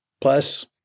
Plus